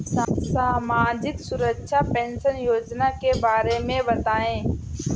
सामाजिक सुरक्षा पेंशन योजना के बारे में बताएँ?